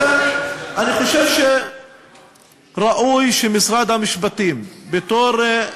לכן אני חושב שראוי שמשרד המשפטים, בתור,